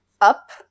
up